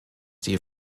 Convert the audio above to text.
die